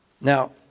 Now